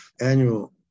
annual